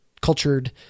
cultured